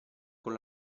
con